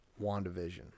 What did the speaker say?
WandaVision